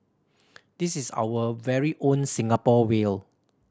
this is our very own Singapore whale